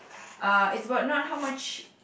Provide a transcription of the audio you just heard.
uh it's about not how much